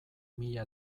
mila